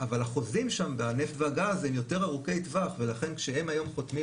אבל החוזים שם והנפט והגז הם יותר ארוכי טווח ולכן כשהם היום חותמים,